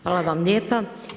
Hvala vam lijepa.